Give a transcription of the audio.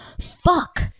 fuck